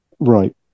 Right